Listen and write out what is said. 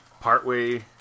partway